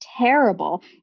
terrible